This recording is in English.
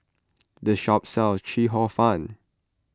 this shop sells Chee Ong Fun